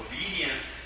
Obedience